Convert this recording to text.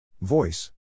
Voice